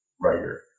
writer